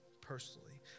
personally